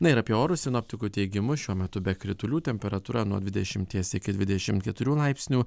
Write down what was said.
na ir apie orus sinoptikų teigimu šiuo metu be kritulių temperatūra nuo dvidešimies iki dvidešim keturių laipsnių